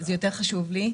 זה יותר חשוב לי.